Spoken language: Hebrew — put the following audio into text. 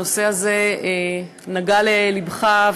הנושא הזה נגע ללבך,